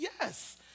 yes